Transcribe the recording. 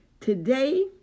today